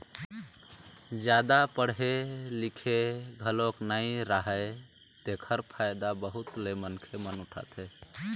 जादा पड़हे लिखे घलोक नइ राहय तेखर फायदा बहुत ले मनखे मन उठाथे